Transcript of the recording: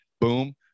Boom